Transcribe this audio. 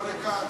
לא לכאן.